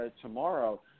tomorrow